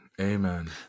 Amen